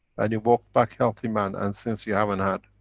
and you walk back healthy man. and since, you haven't had.